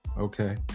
okay